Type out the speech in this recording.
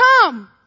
come